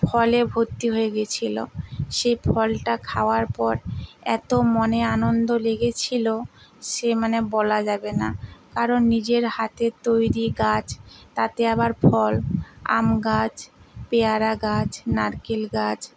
ফলে ভর্তি হয়ে গেয়েছিলো সেই ফলটা খাওয়ার পর এতো মনে আনন্দ লেগেছিলো সে মানে বলা যাবে না কারণ নিজের হাতের তৈরি গাছ তাতে আবার ফল আম গাছ পেয়ারা গাছ নারকেল গাছ